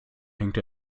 hängt